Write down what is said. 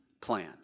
plan